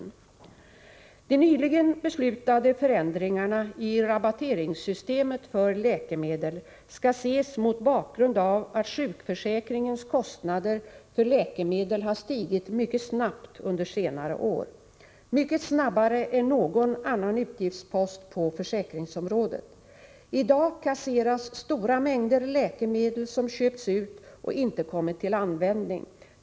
Nr 12 De nyligen beslutade förändringarna i rabatteringssystemet för läkemedel Fredagen den skall ses mot bakgrund av att sjukförsäkringens kostnader för läkemedel har 19 oktober 1984 stigit mycket snabbt under senare år — mycket snabbare än någon annan utgiftspost på försäkringsområdet. I dag kasseras stora mängder läkemedel : EG : Om den abortföresom köpts ut och inte kommit till användning.